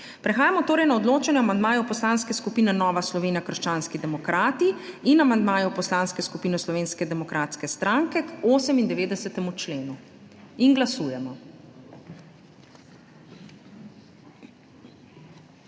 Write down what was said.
Prehajamo torej na odločanje o amandmaju Poslanske skupine Nova Slovenija - krščanski demokrati in amandmaju Poslanske skupine Slovenske demokratske stranke k 98. členu. Glasujemo.